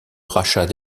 rachat